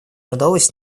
удалось